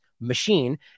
machine